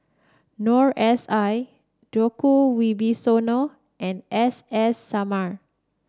Noor S I Djoko Wibisono and S S Sarma